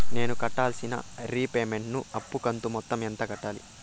నేను కట్టాల్సిన రీపేమెంట్ ను అప్పు కంతు మొత్తం ఎంత కట్టాలి?